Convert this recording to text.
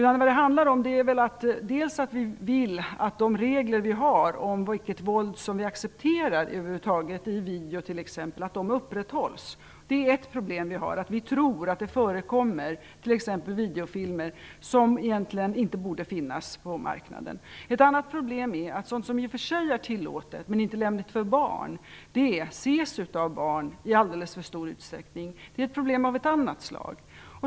Vad det handlar om är att vi vill att de regler vi har om vilket våld som är accepterat över huvud taget i t.ex. video upprätthålls. Det är ett problem. Vi tror att det förekommer t.ex. videofilmer som egentligen inte borde finnas på marknaden. Ett annat problem är att det som i och för sig är tillåtet men inte lämpligt för barn ses av barn i alldeles för stor utsträckning. Det är ett problem av ett annat slag.